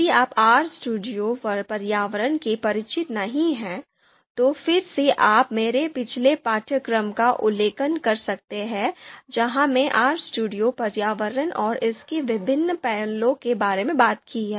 यदि आप RStudio पर्यावरण से परिचित नहीं हैं तो फिर से आप मेरे पिछले पाठ्यक्रम का उल्लेख कर सकते हैं जहाँ मैंने RStudio पर्यावरण और इसके विभिन्न पैनलों के बारे में बात की है